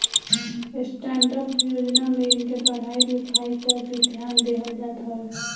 stand up योजना में इनके पढ़ाई लिखाई पअ भी ध्यान देहल जात हवे